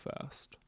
fast